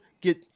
get